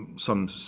some,